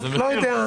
לא יודע.